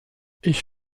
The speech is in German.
ich